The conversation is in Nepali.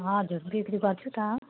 हजुर बिक्री गर्छु त